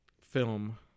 film